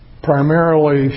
primarily